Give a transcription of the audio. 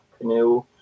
canoe